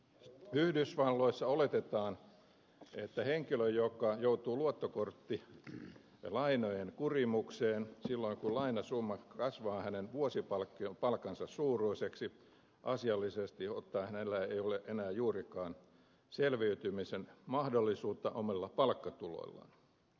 yhdysvalloissa oletetaan että henkilö joka joutuu luottokorttilainojen kurimukseen silloin kun lainasumma kasvaa hänen vuosipalkkansa suuruiseksi asiallisesti ottaen hänellä ei ole enää juurikaan selviytymisen mahdollisuutta omilla palkkatuloillaan